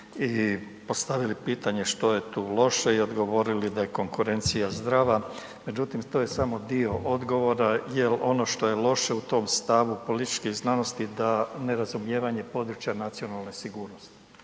i postavili pitanje što je tu loše i odgovorili da je konkurencija zdrava, međutim, to je samo dio odgovora jer ono što je loše u tom stavu političkih znanosti da nerazumijevanje područja nacionalne sigurnosti